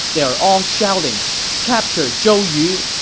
they are all shouting capture zhou yu!